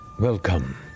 Welcome